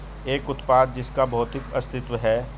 एक उत्पाद जिसका भौतिक अस्तित्व है?